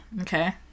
Okay